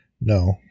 no